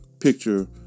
picture